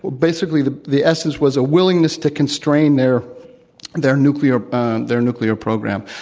basically the the essence was a willingness to constrain their their nuclear their nuclear program.